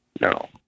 No